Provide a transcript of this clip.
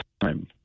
time